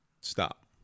stop